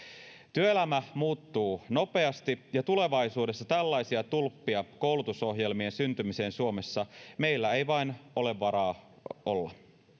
työelämä muuttuu nopeasti ja tulevaisuudessa tällaisia tulppia koulutusohjelmien syntymiseen suomessa meillä ei vain ole varaa olla